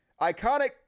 Iconic